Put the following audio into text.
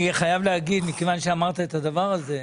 אני חייב להגיד, מכיוון שאמרת את הדבר הזה,